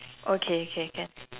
okay okay can